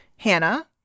hannah